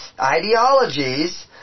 ideologies